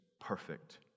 perfect